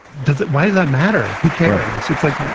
does it why does that matter? who cares? it's like